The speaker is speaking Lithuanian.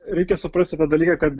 reikia suprasti tą dalyką kad